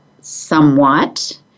somewhat